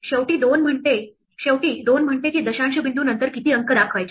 शेवटी 2 म्हणते की दशांश बिंदू नंतर किती अंक दाखवायचे